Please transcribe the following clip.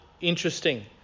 interesting